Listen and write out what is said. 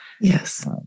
Yes